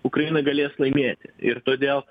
ukraina galės laimėti ir todėl